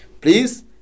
please